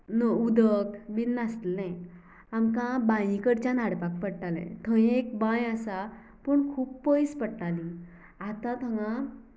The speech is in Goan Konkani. नळ उदक बीन नासलें आमकां बांये कडच्यान हाडपाक पडटालें थंय एक बांय आसा पूण खूब पयस पडटाली आतां थगां